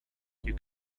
you